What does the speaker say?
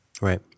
Right